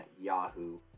yahoo